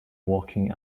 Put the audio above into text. walking